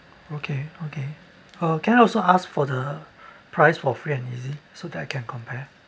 okay okay uh can I also ask for the price for free and easy so that I can compare